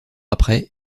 après